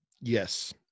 Yes